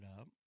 up